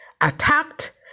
attacked